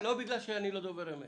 לא כי אני לא דובר אמת.